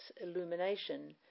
illumination